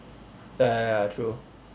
ya ya true